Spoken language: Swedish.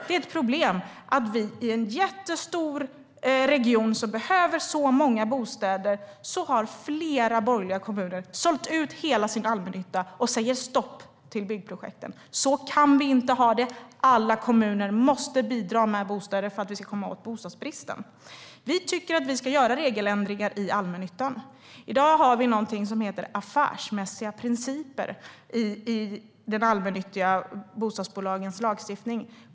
Det är ett problem att i en jättestor region som behöver så många bostäder har flera borgerliga kommuner sålt ut hela sin allmännytta och säger stopp till byggprojekten. Så kan vi inte ha det! Alla kommuner måste bidra med bostäder för att vi ska komma åt bostadsbristen. Vi tycker att vi ska göra regeländringar i allmännyttan. I dag har vi någonting som heter affärsmässiga principer i de allmännyttiga bostadsbolagens lagstiftning.